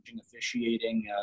officiating